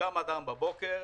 קם אדם בבוקר,